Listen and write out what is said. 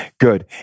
Good